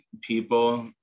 people